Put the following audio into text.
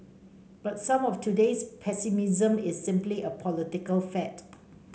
but some of today's pessimism is simply a political fad